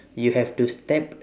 you have to step